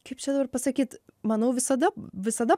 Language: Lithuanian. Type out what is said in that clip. kaip čia dabar pasakyt manau visada visada